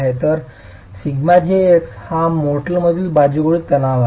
तर σjx हा मोर्टारमधील बाजूकडील तणाव आहे